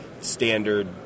Standard